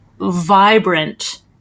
vibrant